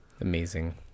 Amazing